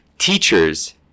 Teachers